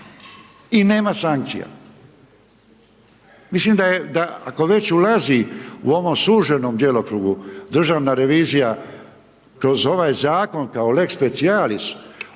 i nema sankcija. Mislim da je, da ako već ulazi u ovom suženom djelokrugu državna revizija kroz ovaj zakon kao lex specijalis